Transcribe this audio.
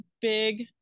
big